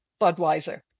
Budweiser